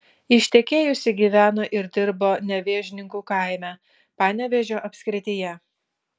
ištekėjusi gyveno ir dirbo nevėžninkų kaime panevėžio apskrityje